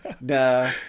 Nah